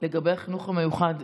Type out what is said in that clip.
לגבי החינוך המיוחד,